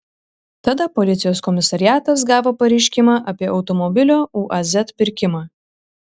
tada policijos komisariatas gavo pareiškimą apie automobilio uaz pirkimą